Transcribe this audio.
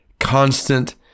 constant